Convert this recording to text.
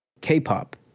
K-pop